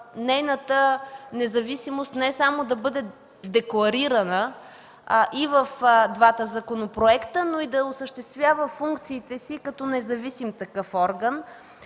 нейната независимост не само да бъде декларирана и в двата законопроекта, но и да осъществява функциите си като независим такъв орган.